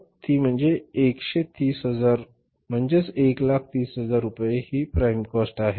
ती म्हणजे एकशे तीस हजार रुपये म्हणजेच 130000 रूपये हि प्राईम काॅस्ट आहे बरोबर